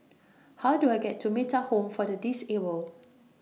How Do I get to Metta Home For The Disabled